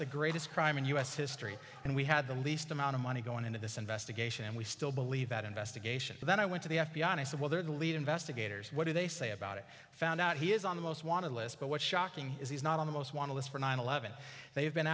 the greatest crime in u s history and we had the least amount of money going into this investigation and we still believe that investigation then i went to the f b i and i said well they're the lead investigators what do they say about it found out he is on the most wanted list but what's shocking is he's not on the most wanted list for nine eleven they have been